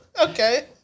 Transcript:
okay